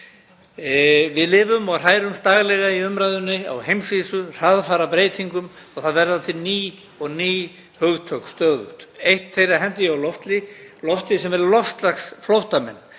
Við lifum og hrærumst daglega í umræðunni á heimsvísu, hraðfara breytingum og stöðugt verða til ný og ný hugtök. Eitt þeirra hendi ég á lofti sem er loftslagsflóttamenn,